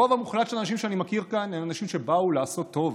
הרוב המוחלט של האנשים שאני מכיר כאן הם אנשים שבאו לעשות טוב,